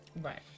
right